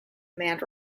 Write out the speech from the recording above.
manned